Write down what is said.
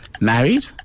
Married